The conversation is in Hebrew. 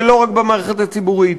ולא רק במערכת הציבורית,